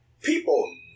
people